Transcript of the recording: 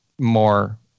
more